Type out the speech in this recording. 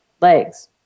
legs